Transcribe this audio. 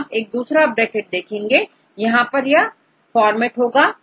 तो आप एक दूसरा ब्रैकेट देखेंगे और यहां पर यह फॉर्मेट होगा